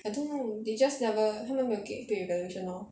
I don't know they just never 他们没有给 peer evaluation lor